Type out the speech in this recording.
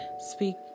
Speak